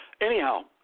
anyhow